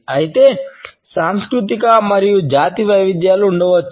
అయితే సాంస్కృతిక మరియు జాతి వైవిధ్యాలు ఉండవచ్చు